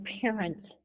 parents